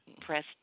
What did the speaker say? Press